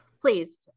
please